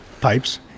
Pipes